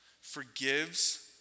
forgives